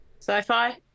sci-fi